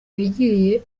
yagiriye